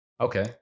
Okay